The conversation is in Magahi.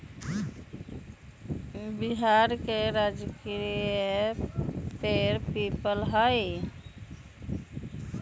बिहार के राजकीय पेड़ पीपल हई